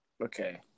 Okay